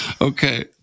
Okay